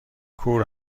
کور